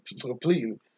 completely